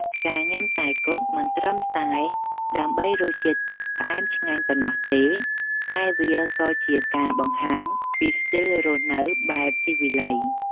ការញ៉ាំតែគុជមិនត្រឹមតែដើម្បីរសជាតិផ្អែមឆ្ងាញ់ប៉ុណ្ណោះទេតែវាក៏ជាការបង្ហាញពីស្ទីលរស់នៅបែបស៊ីវិល័យ។